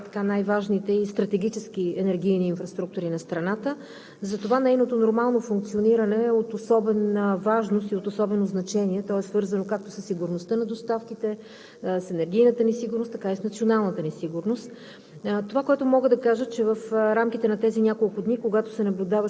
безспорно газопреносната инфраструктура на България е една от най-важните и стратегически енергийни инфраструктури на страната и затова нейното нормално функциониране е от особена важност и от особено значение. То е свързано както със сигурността на доставките, с енергийната ни сигурност, така и с националната ни сигурност.